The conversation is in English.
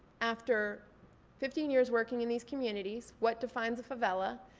after fifteen years working in these communities, what defines a favela,